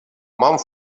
mont